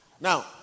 Now